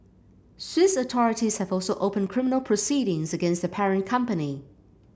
Swiss authorities have also opened criminal proceedings against the parent company